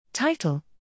title